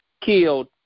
killed